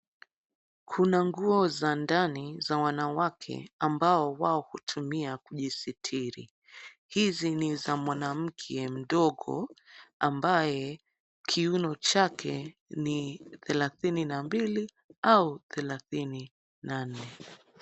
Kuna nguo za ndani za wanawake ambao wao hutumia kujisitiri. Hizi ni za mwanamke mdogo ambaye kiuno chake ni thelathini na mbili au thelathini na nne.